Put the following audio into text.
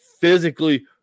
physically